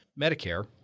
Medicare